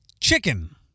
Chicken